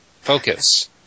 Focus